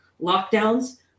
lockdowns